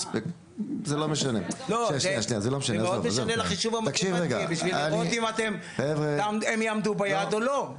זה מאוד משנה לחישוב המתמטי בשביל לראות אם הם יעמדו ביעד או לא.